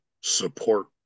support